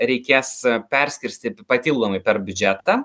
reikės perskirstyt papildomai per biudžetą